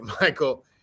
Michael